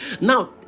now